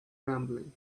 rumbling